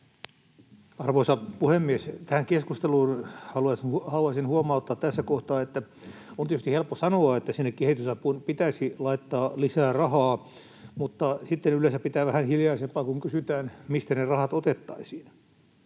Arvoisa puhemies! Tähän keskusteluun haluaisin huomauttaa tässä kohtaa, että on tietysti helppo sanoa, että sinne kehitysapuun pitäisi laittaa lisää rahaa, mutta sitten yleensä pitää vähän hiljaisempaa, kun kysytään, mistä ne rahat otettaisiin.